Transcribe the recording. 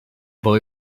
boy